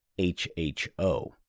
HHO